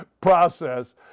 process